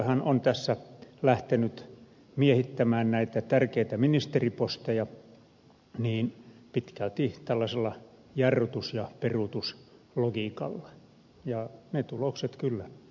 keskustapuoluehan on tässä lähtenyt miehittämään näitä tärkeitä ministerinposteja pitkälti tällaisella jarrutus ja peruutuslogiikalla ja ne tulokset kyllä näkyvät